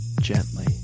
gently